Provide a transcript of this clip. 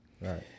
Right